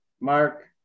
Mark